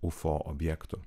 ufo objektu